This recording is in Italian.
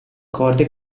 corde